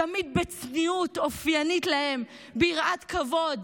תמיד בצניעות אופיינית להם, ביראת כבוד,